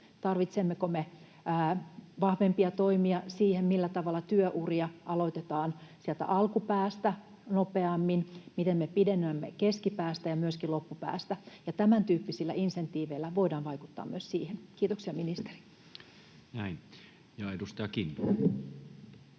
tarvitsemmeko me vahvempia toimia siihen, millä tavalla työuria aloitetaan sieltä alkupäästä nopeammin, miten me pidennämme niitä keskipäästä ja myöskin loppupäästä. Tämäntyyppisillä insentiiveillä voidaan vaikuttaa myös siihen. Kiitoksia, ministeri. [Speech 165]